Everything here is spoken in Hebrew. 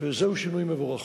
וזה שינוי מבורך.